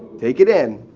take it in.